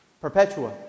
Perpetua